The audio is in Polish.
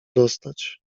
dostać